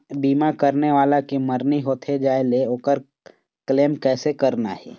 बीमा करने वाला के मरनी होथे जाय ले, ओकर क्लेम कैसे करना हे?